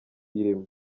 irimo